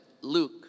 Luke